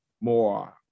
more